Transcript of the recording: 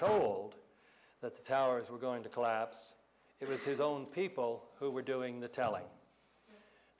told that the towers were going to collapse it was his own people who were doing the telling